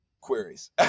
queries